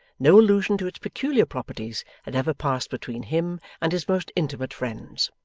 no allusion to its peculiar properties, had ever passed between him and his most intimate friends.